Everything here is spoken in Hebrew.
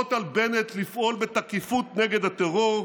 אוסרות על בנט לפעול בתקיפות נגד הטרור,